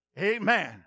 Amen